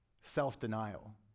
Self-denial